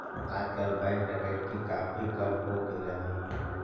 आजकल बैंक डकैती काफी कम हो गेले हई